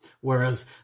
Whereas